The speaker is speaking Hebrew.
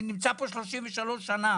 אני נמצא בכנסת 33 שנים